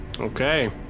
Okay